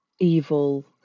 evil